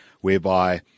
whereby